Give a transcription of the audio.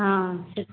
ହଁ ସେ